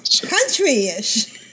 country-ish